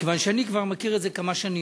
מכיוון שאני מכיר את זה כבר כמה שנים.